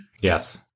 yes